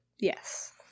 yes